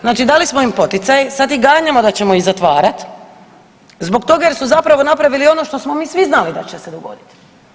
Znači dali smo im poticaj, sad ih ganjamo da ćemo ih zatvarat zbog toga jer su zapravo napravili ono što smo mi svi znali da će se dogodit.